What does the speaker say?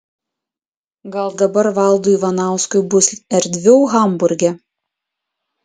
gal dabar valdui ivanauskui bus erdviau hamburge